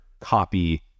copy